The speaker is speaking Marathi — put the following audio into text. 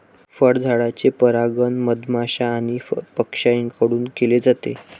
फळझाडांचे परागण मधमाश्या आणि पक्ष्यांकडून केले जाते